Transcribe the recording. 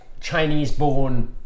Chinese-born